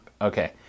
Okay